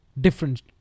different